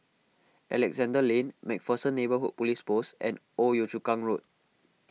Alexandra Lane MacPherson Neighbourhood Police Post and Old Yio Chu Kang Road